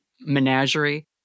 menagerie